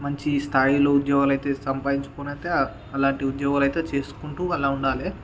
మంచి స్థాయిలో ఉద్యోగాలైతే సంపాదించుకోనైతే అలాంటి ఉద్యోగాలైతే చేసుకుంటూ అలా ఉండాలి